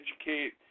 educate